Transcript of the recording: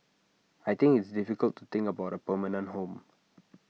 I think it's difficult to think about A permanent home